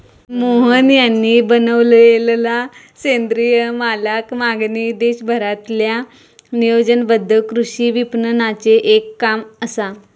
मोहन यांनी बनवलेलला सेंद्रिय मालाक मागणी देशभरातील्या नियोजनबद्ध कृषी विपणनाचे एक काम असा